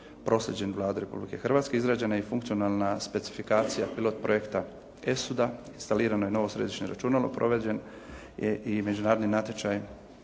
proslijeđen Vladi Republike Hrvatske. Izrađena je i funkcionalna specifikacija, bilo od projekta ESUD-a, instalirano je novo središnje računalo, provođen je i međunarodni natječaj